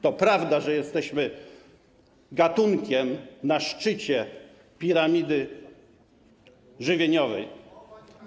To prawda, że jesteśmy gatunkiem na szczycie piramidy żywieniowej.